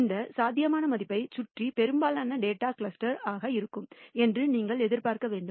இந்த சாத்தியமான மதிப்பைச் சுற்றி பெரும்பாலான டேட்டா கிளஸ்டர் ஆக இருக்கும் என்று நீங்கள் எதிர்பார்க்க வேண்டும்